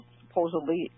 supposedly